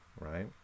right